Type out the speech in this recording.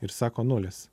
ir sako nulis